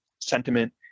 sentiment